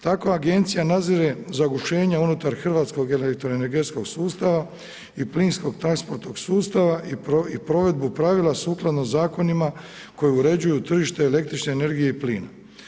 Tako agencija nadzire zagušenje unutar hrvatskog elektroenergetskog sustava i plinskog transportnog sustava i provedbu pravila sukladno zakonima koji uređuju tržište električne energije i plina.